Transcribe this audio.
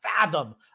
fathom